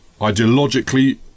ideologically